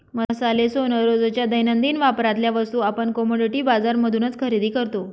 मसाले, सोन, रोजच्या दैनंदिन वापरातल्या वस्तू आपण कमोडिटी बाजार मधूनच खरेदी करतो